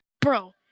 Bro